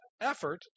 effort